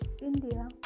India